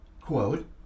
quote